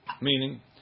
Meaning